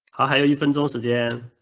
ah you friends also dan.